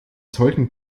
solchen